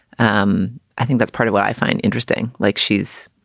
um i think that's part of what i find interesting. like she's